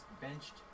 benched